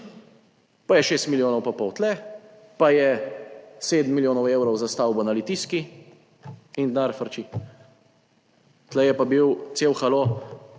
pa je 6 milijonov pa pol tu, pa je 7 milijonov evrov za stavbo na Litijski in denar frči. Tu je pa bil cel halo,